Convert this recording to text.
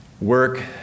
work